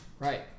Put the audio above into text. right